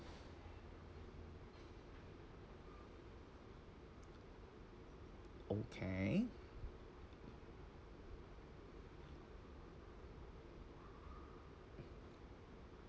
okay